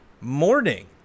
morning